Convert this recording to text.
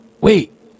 wait